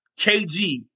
KG